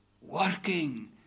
working